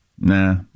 Nah